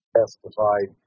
testified